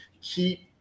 keep